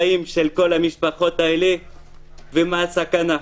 החיים של כל המשפחות האלה ומה הסכנה.